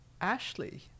Ashley